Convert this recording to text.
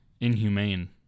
Inhumane